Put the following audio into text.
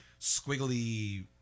squiggly